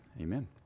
Amen